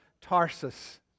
Tarsus